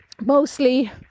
Mostly